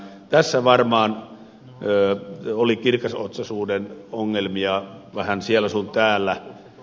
tässä varmaan oli kirkasotsaisuuden ongelmia vähän siellä sun täällä